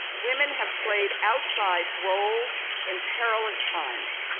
women have played outsized roles in perilous times.